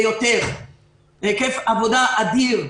היקף עבודה אדיר.